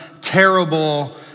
terrible